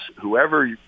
whoever